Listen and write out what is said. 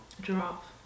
Giraffe